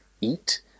eat